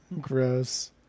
Gross